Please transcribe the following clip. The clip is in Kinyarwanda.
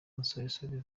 nsoresore